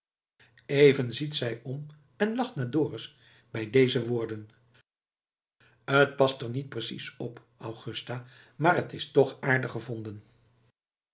even ziet zij om en lacht naar dorus bij deze woorden t past er niet precies op augusta maar t is toch aardig gevonden